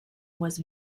was